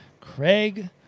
Craig